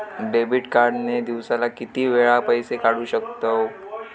Debit card ने दिवसाला किती वेळा पैसे काढू शकतव?